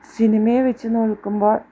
സിനിമയെ വെച്ചു നോക്കുമ്പോൾ